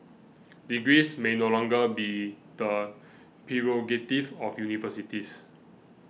degrees may no longer be the prerogative of universities